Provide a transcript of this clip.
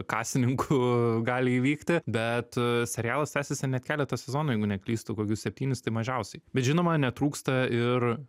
kasininkų gali įvykti bet serialas tęsiasi net keletą sezonų jeigu neklystu kokius septynis tai mažiausiai bet žinoma netrūksta ir